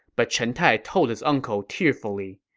but chen tai told his uncle tearfully,